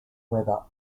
weather